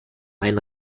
einen